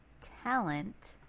talent